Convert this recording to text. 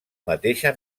mateixa